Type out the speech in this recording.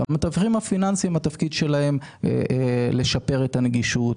שתפקידם לשפר את הנגישות,